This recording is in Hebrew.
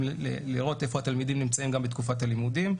לראות איפה התלמידים נמצאים בתקופת הלימודים.